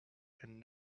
and